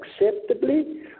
acceptably